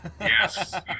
Yes